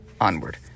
onward